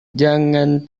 jangan